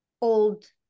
old